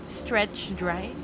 stretch-dry